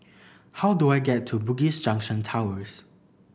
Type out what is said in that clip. how do I get to Bugis Junction Towers